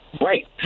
Right